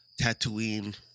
Tatooine